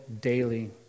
daily